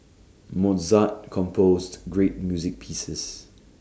Mozart composed great music pieces